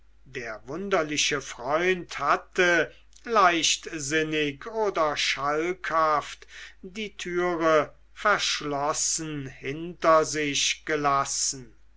der wunderliche freund hatte leichtsinnig oder schalkhaft die türe verschlossen hinter sich gelassen